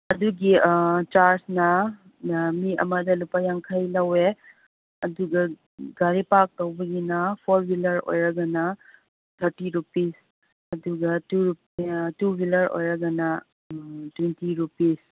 ꯑꯗꯨꯒꯤ ꯆꯥꯔꯖꯅ ꯃꯤ ꯑꯃꯗ ꯂꯨꯄꯥ ꯌꯥꯡꯈꯩ ꯂꯧꯋꯦ ꯑꯗꯨꯒ ꯒꯥꯔꯤ ꯄꯥꯛ ꯇꯧꯕꯒꯤꯅ ꯐꯣꯔ ꯋꯤꯂꯔ ꯑꯣꯏꯔꯒꯅ ꯊꯥꯔꯇꯤ ꯔꯨꯄꯤꯁ ꯑꯗꯨꯒ ꯇꯨ ꯋꯤꯂꯔ ꯑꯣꯏꯔꯒꯅ ꯇ꯭ꯋꯦꯟꯇꯤ ꯔꯨꯄꯤꯁ